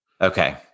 Okay